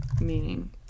Meaning